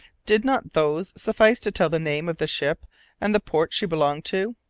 did not those suffice to tell the name of the ship and the port she belonged to?